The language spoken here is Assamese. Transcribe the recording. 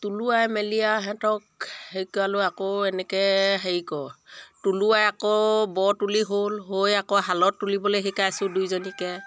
তুলোৱাই মেলি আৰু সিহঁতক শিকালোঁ আকৌ এনেকৈ হেৰি কৰ তুলোৱাই আকৌ বৰ তুলি হ'ল হৈ আকৌ শালত তুলিবলৈ শিকাইছোঁ দুইজনীকে